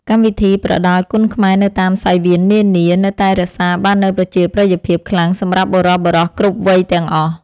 កម្មវិធីប្រដាល់គុនខ្មែរនៅតាមសង្វៀននានានៅតែរក្សាបាននូវប្រជាប្រិយភាពខ្លាំងសម្រាប់បុរសៗគ្រប់វ័យទាំងអស់។